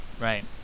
right